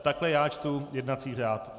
Takhle já čtu jednací řád.